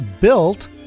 built